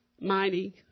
mighty